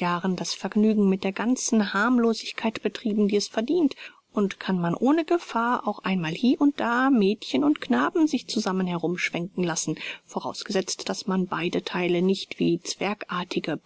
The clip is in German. jahren das vergnügen mit der ganzen harmlosigkeit betrieben die es verdient und kann man ohne gefahr auch einmal hie und da mädchen und knaben sich zusammen herumschwenken lassen vorausgesetzt daß man beide theile nicht wie zwergartige